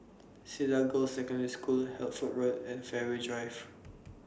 Cedar Girls' Secondary School Hertford Road and Fairways Drive